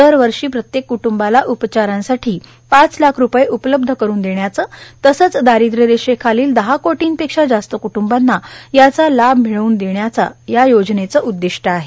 दरवर्षी प्रत्येक कुटुंबाला उपचारांसाठी उपचारांसाठी पाच लाख रूपये उपलब्ध करून देण्याचं तसंच दारिद्र रेषेखालील दहा कोटी पेक्षा जास्त कुटुंबांना याचा लाभ मिळवून देण्याचा या योजनेचं उद्दिष्ट आहे